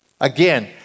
Again